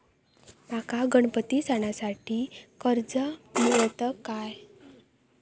माका गणपती सणासाठी कर्ज मिळत काय?